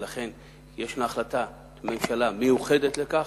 ולכן יש החלטת ממשלה מיוחדת לכך,